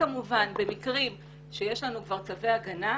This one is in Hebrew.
כמובן במקרים שיש לנו כבר צווי הגנה,